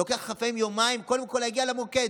לוקח לך לפעמים יומיים קודם כול להגיע למוקד.